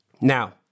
now